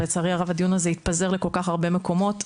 אבל לצערי הרב הדיון הזה התפזר לכל כך הרבה מקומות,